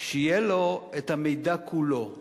שיהיה לו המידע כולו,